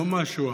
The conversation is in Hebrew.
לא משהו אחר.